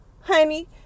Honey